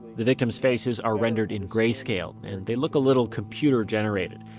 the victim's faces are rendered in grayscale and they look a little computer generated.